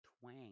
twang